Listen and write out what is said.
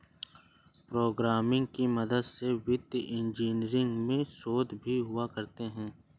programming की मदद से वित्तीय इन्जीनियरिंग में शोध भी हुआ करते हैं